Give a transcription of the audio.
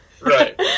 Right